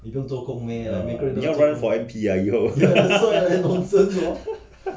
你要 ran for M_P ah 以后:yihou